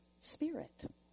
spirit